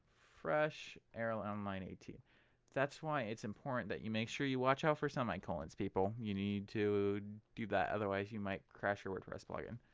error on line eighteen that's why it's important that you make sure you watch out for semicolons people. you need to do that otherwise you might crash your wordpress plugin.